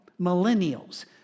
millennials